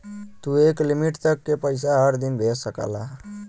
तू एक लिमिट तक के पइसा हर दिन भेज सकला